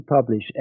publish